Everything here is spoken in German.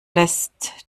lässt